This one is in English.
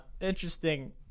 interesting